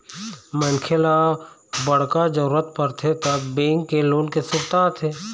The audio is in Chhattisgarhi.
मनखे ल बड़का जरूरत परथे त बेंक के लोन के सुरता आथे